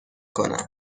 کنم